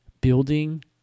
building